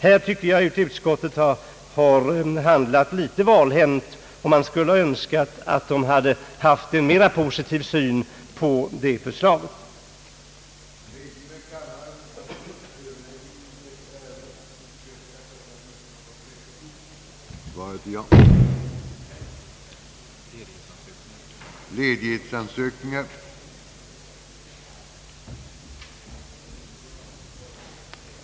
Här tycker jag att utskottet har handlat litet valhänt, och jag skulle ha önskat att utskottet haft en mera positiv syn på detta förslag. Undertecknad anhåller härmed om ledighet från riksdagsarbetet under tiden den 24 maj till vårsessionens slut för deltagande i nedrustningskonferensens arbete i Genéve. Härmed får jag anhålla om ledighet från riksdagsarbetet under tiden den 29—den 31 maj 1967 för deltagande i den internationella konferensen »Pacem in Terris» i Geneve, anordnad av Center for the Study of Democratic Institutions.